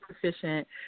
proficient